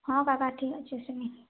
ହଁ କାକା ଠିକ୍ ଅଛି ଆସିମି